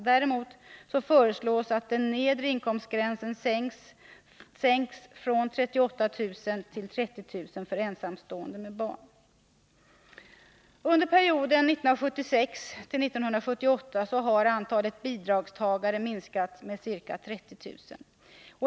Däremot föreslås att den nedre inkomstgränsen sänks från 38 000 kr. till 30 000 kr. för ensamstående med barn. Under perioden 1976-1978 har antalet bidragstagare minskat med ca 30 000.